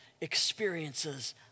experiences